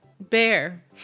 Bear